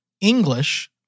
English